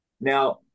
Now